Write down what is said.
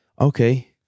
okay